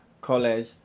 college